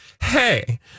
hey